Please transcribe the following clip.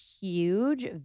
huge